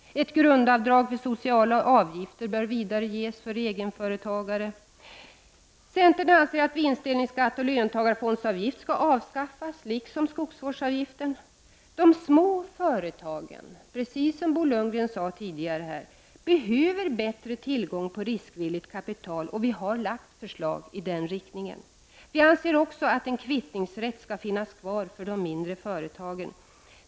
Ett grundavdrag för sociala avgifter bör vidare ges för egenföretagare. Vi i centern anser att vinstdelningsskatt och löntagarfondsavgift skall avskaffas, liksom skogsvårdsavgiften. Precis som Bo Lundgren tidigare sade behöver de små företagen bättre tillgång på riskvilligt kapital, och vi har lagt fram förslag i den riktningen. Vi anser också att en kvittningsrätt skall finnas kvar för de mindre företagen.